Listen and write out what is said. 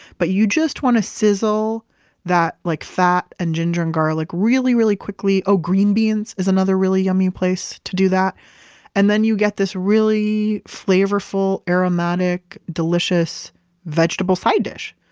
but you just want to sizzle that like fat and ginger and garlic really, really quickly. oh, green beans is another really yummy place to do that and then you get this really flavorful, aromatic, delicious vegetable side dish,